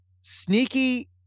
Sneaky